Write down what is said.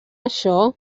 això